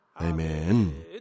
Amen